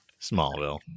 Smallville